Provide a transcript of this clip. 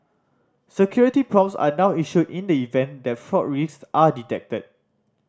security prompts are now issued in the event that fraud risk are detected